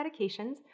medications